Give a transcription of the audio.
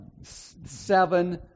seven